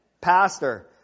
Pastor